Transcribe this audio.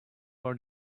for